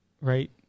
right